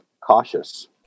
cautious